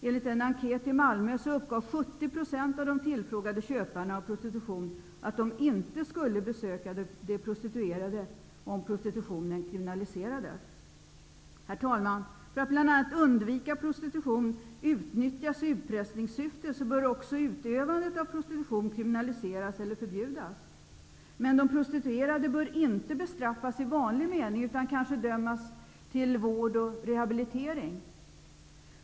Enligt en enkät i Malmö uppgav 70 % av de tillfrågade köparna av prostitution att de inte skulle besöka de prostituerade om prostitutionen kriminaliserades. Herr talman! För att bl.a. undvika att prostitution utnyttjas i utpressningssyfte bör även utövandet av prostitution kriminaliseras eller förbjudas. Men de prostituerade bör inte bestraffas i vanlig mening utan kanske dömas till vård och rehabilitering.